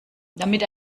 damit